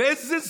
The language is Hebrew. באיזו זכות?